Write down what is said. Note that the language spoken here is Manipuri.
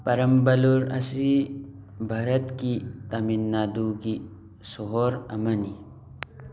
ꯄꯔꯝꯕꯂꯨꯔ ꯑꯁꯤ ꯚꯥꯔꯠꯀꯤ ꯇꯥꯃꯤꯜ ꯅꯥꯗꯨꯒꯤ ꯁꯣꯍꯔ ꯑꯃꯅꯤ